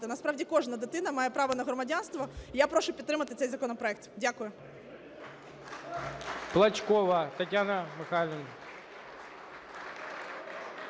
Насправді кожна дитина має право на громадянство. І я прошу підтримати цей законопроект. Дякую.